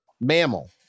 mammal